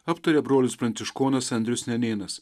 aptaria brolis pranciškonas andrius nenėnas